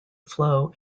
flow